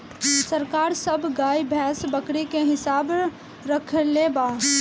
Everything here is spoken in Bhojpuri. सरकार सब गाय, भैंस, बकरी के हिसाब रक्खले बा